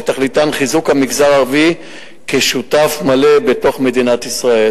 שתכליתן חיזוק המגזר הערבי כשותף מלא בתוך מדינת ישראל.